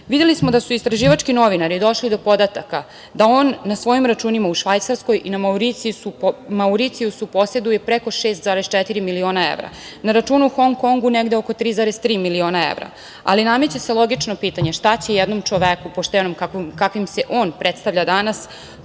čovek. Videli smo da su istraživački novinari došli do podataka da on na svojim računima u Švajcarskoj i na Mauricijusu poseduje preko 6,4 miliona evra, na računu u Hon Kongu negde 3,3 miliona evra, ali nameće se logično pitanje – šta će jedno čoveku, poštenom, kakvim se on predstavlja danas,